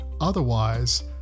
Otherwise